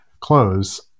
close